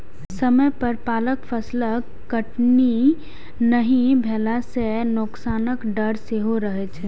समय पर पाकल फसलक कटनी नहि भेला सं नोकसानक डर सेहो रहै छै